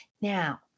Now